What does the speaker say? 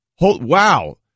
Wow